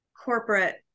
corporate